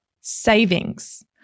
savings